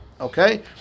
okay